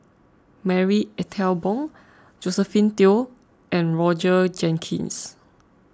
Marie Ethel Bong Josephine Teo and Roger Jenkins